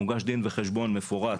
מוגש דין וחשבון מפורט